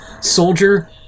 soldier